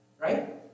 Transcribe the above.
right